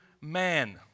man